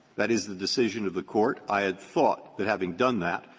that is the decision of the court. i had thought, that having done that,